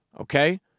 okay